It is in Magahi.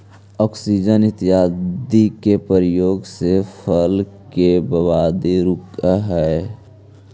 ऑक्सिन इत्यादि के प्रयोग से फसल के बर्बादी रुकऽ हई